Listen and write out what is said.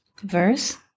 verse